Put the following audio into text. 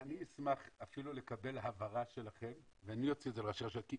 אני אשמח אפילו לקבל הבהרה שלכם ואני אוציא את זה לראשי הרשויות כי